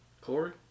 Corey